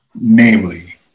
Namely